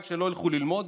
רק שלא ילכו ללמוד.